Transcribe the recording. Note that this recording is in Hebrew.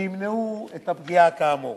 שימנעו את הפגיעה כאמור.